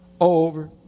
over